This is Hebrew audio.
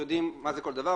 יודעים מה זה כל דבר.